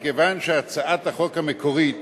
מכיוון שהצעת החוק המקורית